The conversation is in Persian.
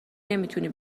نمیتونی